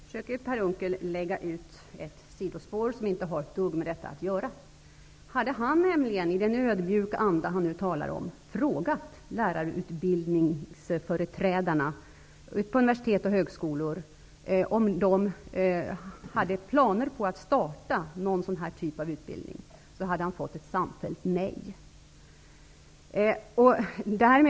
Herr talman! Nu försöker Per Unckel lägga ut ett sidospår, som inte har ett dugg med detta att göra. Hade han i den ödmjuka anda som han nu talar om frågat lärarutbildningsföreträdarna på universitet och högskolor om de hade planer på att starta någon sådan här typ av utbildning, hade han fått ett samfällt nej.